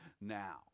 now